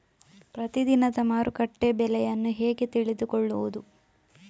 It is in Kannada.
ಪ್ರತಿದಿನದ ಮಾರುಕಟ್ಟೆ ಬೆಲೆಯನ್ನು ಹೇಗೆ ತಿಳಿದುಕೊಳ್ಳುವುದು?